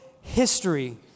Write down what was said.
history